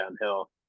downhill